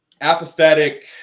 apathetic